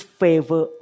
favor